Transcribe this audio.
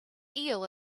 eel